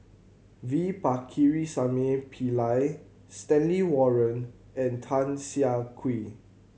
V Pakirisamy Pillai Stanley Warren and Tan Siah Kwee